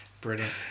Brilliant